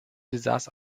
besaß